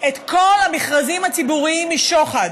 את כל המכרזים הציבוריים משוחד,